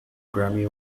grammy